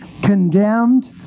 condemned